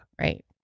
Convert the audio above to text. Right